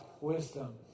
wisdom